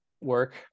work